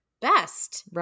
best